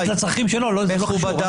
בשביל הצרכים שלו --- מכובדי.